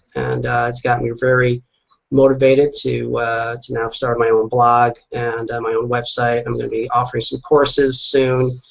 and it's got me very motivated to to now start my own blog and my own website. i'm going to be offering some courses soon